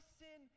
sin